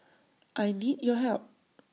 I need your help